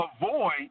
avoid